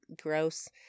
Gross